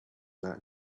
not